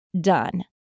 done